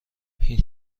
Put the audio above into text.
این